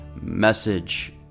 message